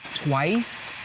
twice?